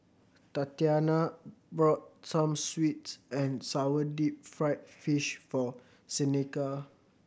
Tatyana bought some sweet and sour deep fried fish for Seneca